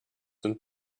sind